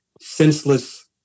senseless